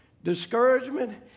Discouragement